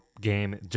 game